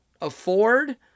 afford